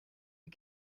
you